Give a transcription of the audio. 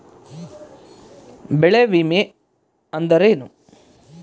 ಬೆಳೆ ವಿಮೆ ಅಂದರೇನು?